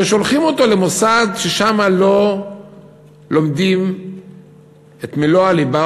ששולחים אותו למוסד ששם לא לומדים את מלוא הליבה,